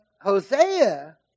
Hosea